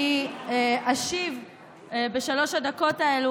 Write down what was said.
אני אשיב בשלוש הדקות האלה.